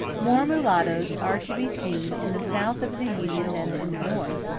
more mulattoes are to be seen in the south of the union than in the north,